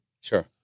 Sure